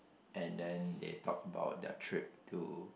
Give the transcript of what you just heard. and then they talk about their trip to